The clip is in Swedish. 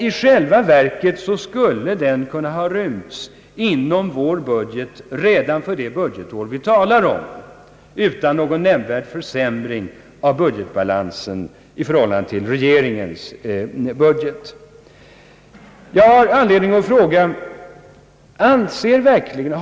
I själva verket skulle hela denna skattesänkning kunna ha rymts inom vår budget redan för det budgetår vi talar om utan någon nämnvärd försämring av budgetbalansen i förhållande till regeringens budget. Nu ställs emellertid inte det kravet p. g. a. budgettekniska skäl.